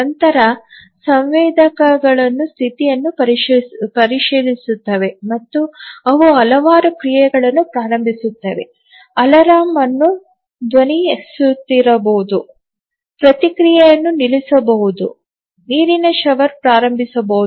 ನಂತರ ಸಂವೇದಕಗಳು ಸ್ಥಿತಿಯನ್ನು ಪರಿಶೀಲಿಸುತ್ತವೆ ಮತ್ತು ಅವು ಹಲವಾರು ಕ್ರಿಯೆಗಳನ್ನು ಪ್ರಾರಂಭಿಸುತ್ತವೆ ಅಲಾರಂ ಅನ್ನು ಧ್ವನಿಸುತ್ತಿರಬಹುದು ಪ್ರತಿಕ್ರಿಯೆಯನ್ನು ನಿಲ್ಲಿಸಬಹುದು ನೀರಿನ ಶವರ್ ಪ್ರಾರಂಭಿಸಬಹುದು